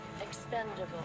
Expendable